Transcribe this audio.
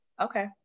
Okay